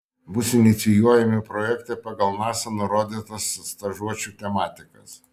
bus inicijuojami projektai pagal nasa nurodytas stažuočių tematikas